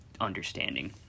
understanding